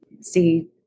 see